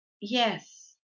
Yes